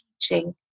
teaching